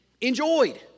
enjoyed